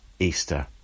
Easter